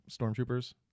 Stormtroopers